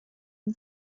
and